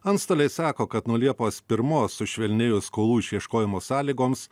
antstoliai sako kad nuo liepos pirmos sušvelnėjus skolų išieškojimo sąlygoms